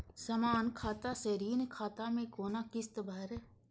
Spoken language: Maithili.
समान खाता से ऋण खाता मैं कोना किस्त भैर?